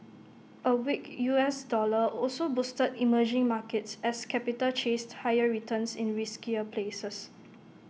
A weak U S dollar also boosted emerging markets as capital chased higher returns in riskier places